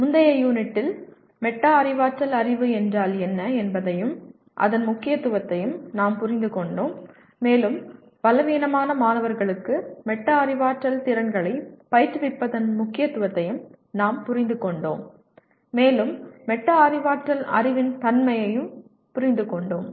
முந்தைய யூனிட்டில் மெட்டா அறிவாற்றல் அறிவு என்றால் என்ன என்பதையும் அதன் முக்கியத்துவத்தையும் நாம் புரிந்துகொண்டோம் மேலும் பலவீனமான மாணவர்களுக்கு மெட்டா அறிவாற்றல் திறன்களைப் பயிற்று விப்பதன் முக்கியத்துவத்தையும் நாம் புரிந்துகொண்டோம் மேலும் மெட்டா அறிவாற்றல் அறிவின் தன்மையையும் புரிந்து கொண்டோம்